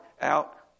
out